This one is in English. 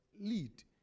lead